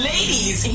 Ladies